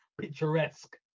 picturesque